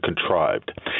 contrived